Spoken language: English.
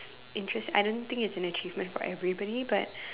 interest I don't think it's an achievement for everybody but